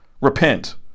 Repent